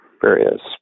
various